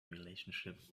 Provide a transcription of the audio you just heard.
relationship